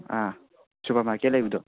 ꯑꯥ supermarket ꯂꯩꯕꯗꯣ